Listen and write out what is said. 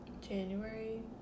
January